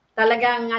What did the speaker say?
talagang